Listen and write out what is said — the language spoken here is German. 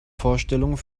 vorstellung